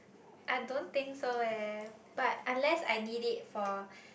I don't think so eh but unless I need it for